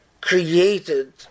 created